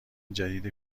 جدید